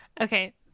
Okay